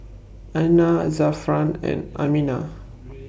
Aina Zafran and Aminah